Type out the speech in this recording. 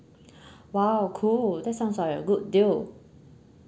!wow! cool that sounds like a good deal